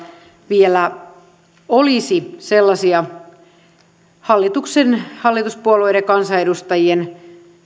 vielä olisi sellaisia hallituspuolueiden kansanedustajien